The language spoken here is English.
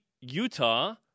Utah